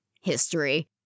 history